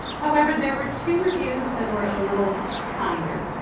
however there were two reviews that were a little kinder.